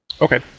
Okay